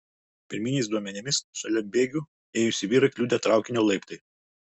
pirminiais duomenimis šalia bėgių ėjusį vyrą kliudė traukinio laiptai